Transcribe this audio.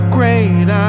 Great